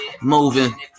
moving